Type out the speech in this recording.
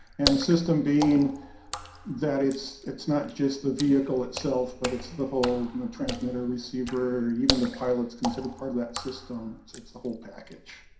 and the system being that it's it's not just the vehicle itself but it's the whole and the transmitter receiver, even the pilot is considered part of that system, it's it's the whole package.